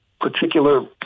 particular